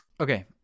Okay